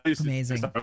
Amazing